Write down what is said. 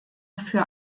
für